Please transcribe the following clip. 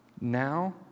Now